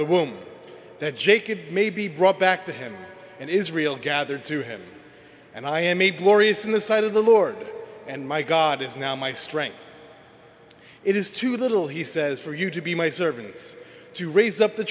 the womb that jacob may be brought back to him and israel gathered to him and i am a glorious in the sight of the lord and my god is now my strength it is too little he says for you to be my servants to raise up the